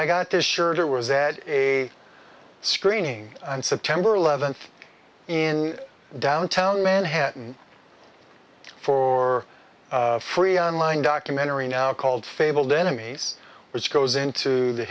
i got this shirt or was at a screening on september eleventh in downtown manhattan for free on line documentary now called fabled enemies which goes into the